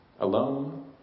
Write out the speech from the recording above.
alone